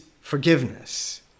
forgiveness